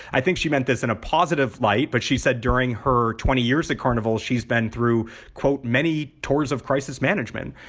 i think she meant this in a positive light. but she said during her twenty years at carnival, she's been through, quote, many tours of crisis management,